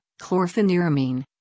chlorpheniramine